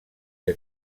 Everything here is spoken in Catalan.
que